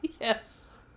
Yes